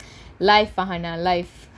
like farhanah life